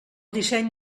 disseny